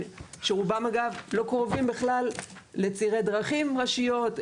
שרובם אגב לא קרובים בכלל לצירי דרכים ראשיות.